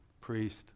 priest